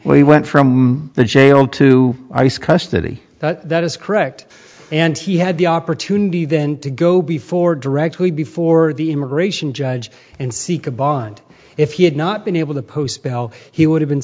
he went from the jail to ice custody that is correct and he had the opportunity then to go before directly before the immigration judge and seek a bond if he had not been able to post bail he would have been